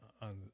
on